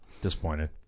Disappointed